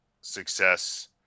success –